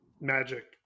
magic